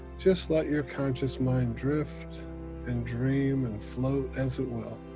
just let your conscious mind drift and dream and float as it will